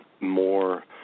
more